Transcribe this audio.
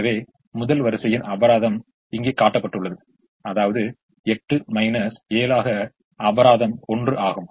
எனவே முதல் வரிசையின் அபராதம் இங்கே காட்டப்பட்டுள்ளது அதாவது 8 7 ஆக அபராதம் 1 ஆகும்